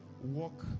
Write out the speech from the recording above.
walk